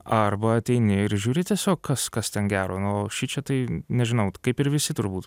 arba ateini ir žiūri tiesiog kas kas ten gero nu o šičia tai nežinau kaip ir visi turbūt